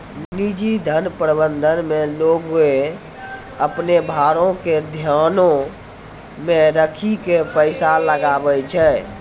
निजी धन प्रबंधन मे लोगें अपनो भारो के ध्यानो मे राखि के पैसा लगाबै छै